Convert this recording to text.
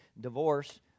divorce